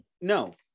No